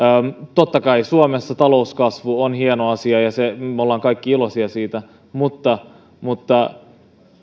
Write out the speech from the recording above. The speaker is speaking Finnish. totta kai suomessa talouskasvu on hieno asia ja me olemme kaikki iloisia siitä mutta mutta